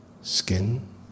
skin